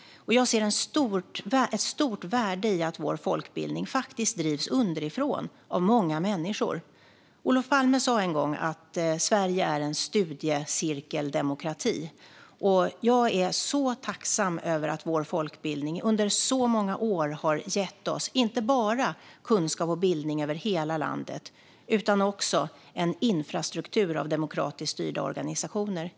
Jag ser ett stort värde i att vår folkbildning drivs underifrån av många människor. Olof Palme sa en gång att Sverige är en studiecirkeldemokrati. Jag är så tacksam över att vår folkbildning under så många år har gett oss inte bara kunskap och bildning över hela landet utan också en infrastruktur av demokratiskt styrda organisationer.